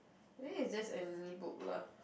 I think is just any book lah